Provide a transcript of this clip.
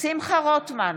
שמחה רוטמן,